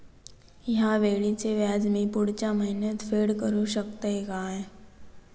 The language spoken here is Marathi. हया वेळीचे व्याज मी पुढच्या महिन्यात फेड करू शकतय काय?